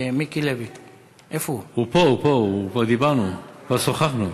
הוא פה, כבר דיברנו, כבר שוחחנו.